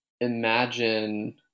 imagine